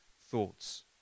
thoughts